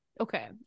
okay